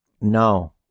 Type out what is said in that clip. No